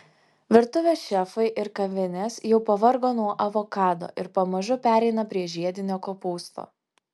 virtuvės šefai ir kavinės jau pavargo nuo avokado ir pamažu pereina prie žiedinio kopūsto